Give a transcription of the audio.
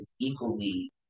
equally